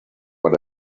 per